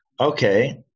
Okay